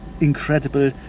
incredible